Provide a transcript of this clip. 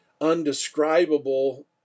undescribable